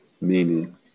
meaning